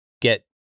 get